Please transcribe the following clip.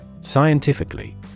Scientifically